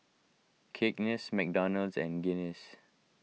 Cakenis McDonald's and Guinness